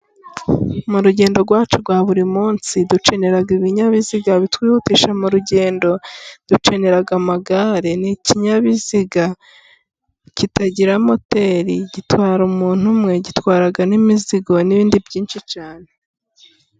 Mu rugendo rwacu rwa buri munsi dukenera ibinyabiziga bitwihutisha mu rugendo, dukenera amagare, ni ikinyabiziga kitagira moteri gitwara umuntu umwe, gitwara n'imizigo n'ibindi byinshi cyane.